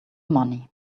money